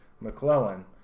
McClellan